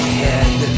head